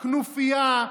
כנופיה,